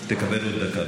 תקבל עוד דקה.